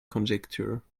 conjecture